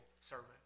servant